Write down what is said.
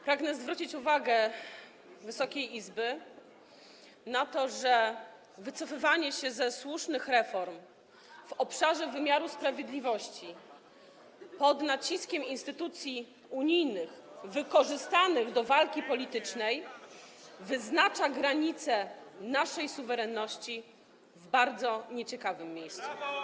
Pragnę zwrócić uwagę Wysokiej Izby na to, że wycofywanie się ze słusznych reform w obszarze wymiaru sprawiedliwości pod naciskiem instytucji unijnych wykorzystanych do walki politycznej wyznacza granice naszej suwerenności w bardzo nieciekawym miejscu.